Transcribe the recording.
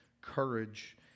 courage